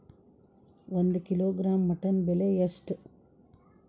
ಒಂದು kilogram mutton ಬೆಲೆ ಎಷ್ಟ್?